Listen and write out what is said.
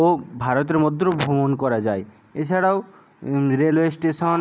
ও ভারতের মধ্যেও ভ্রমণ করা যায় এছাড়াও রেলওয়ে স্টেশন